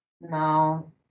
No